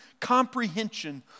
comprehension